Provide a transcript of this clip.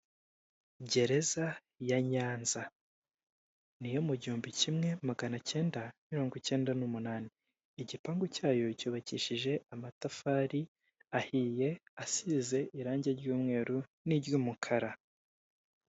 Gereza ya nyanza ni iyo mu gihumbi kimwe magana kenda na mirongo ikenda n'umunani igipangu cyayo cyubakishije amatafari ahiye asize irangi ry'umweru n'iry'umukara.